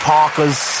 Parkers